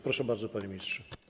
Proszę bardzo, panie ministrze.